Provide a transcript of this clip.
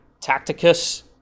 Tacticus